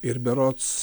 ir berods